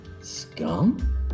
scum